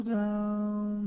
down